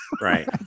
right